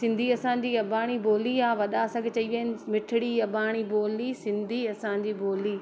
सिंधी असांजी अबाणी ॿोली आहे वॾा असांखे चई विया आहिनि मिठिड़ी अबाणी ॿोली सिंधी असांजी ॿोली